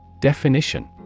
Definition